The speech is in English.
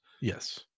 yes